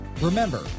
Remember